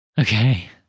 okay